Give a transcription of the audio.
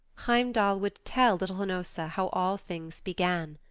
heimdall would tell little hnossa how all things began.